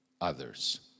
others